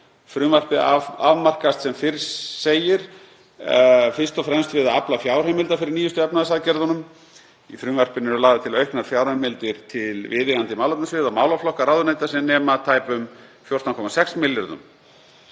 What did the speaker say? Frumvarpið afmarkast sem fyrr segir fyrst og fremst við að afla fjárheimilda fyrir nýjustu efnahagsaðgerðum. Í frumvarpinu eru lagðar til auknar fjárheimildir til viðeigandi málefnasviða og málaflokka ráðuneyta sem nema tæpum 14,6 milljörðum